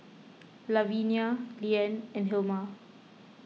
Lavinia Leann and Hilma